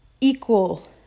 equal